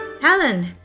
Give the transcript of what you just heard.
Helen